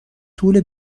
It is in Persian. طول